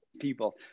people